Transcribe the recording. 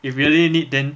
if really need then